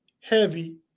heavy